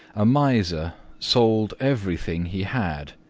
a miser sold everything he had,